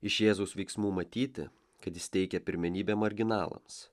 iš jėzaus veiksmų matyti kad jis teikė pirmenybę marginalams